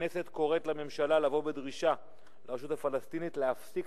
הכנסת קוראת לממשלה לבוא בדרישה לרשות הפלסטינית להפסיק